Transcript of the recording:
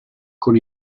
con